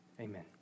amen